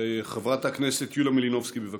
חברת הכנסת יוליה מלינובסקי, בבקשה.